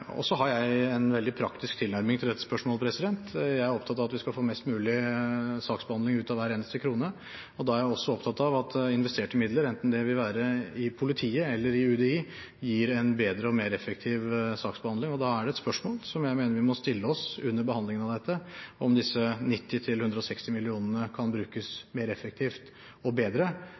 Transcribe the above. har en veldig praktisk tilnærming til dette spørsmålet. Jeg er opptatt av at vi skal få mest mulig saksbehandling ut av hver eneste krone. Jeg er også opptatt av at investerte midler, enten det vil være i politiet eller i UDI, gir en bedre og mer effektiv saksbehandling. Da er det et spørsmål som jeg mener vi må stille oss under behandlingen av dette, om disse 95–160 millionene kan brukes mer effektivt og bedre